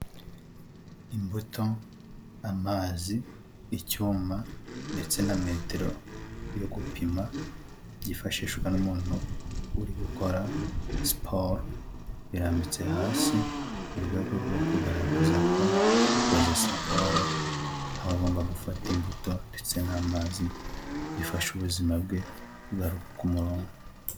Imbuto, amazi, icyuma, ndetse na metero yo gupima, byifashishwa n'umuntu uri gukora siporo, birambitse hasi mu rwego rwo kugaragaza ko, ukoze siporo aba agomba gufata imbuto ndetse n'amazi bifasha ubuzima bwe kugaruka ku murongo.